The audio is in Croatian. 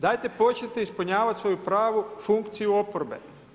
Dajte počnite ispunjavati svoju pravu funkciju oporbe.